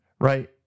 right